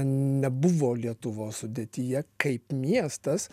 nebuvo lietuvos sudėtyje kaip miestas